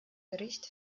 gericht